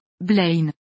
Blaine